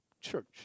church